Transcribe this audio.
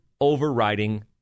overriding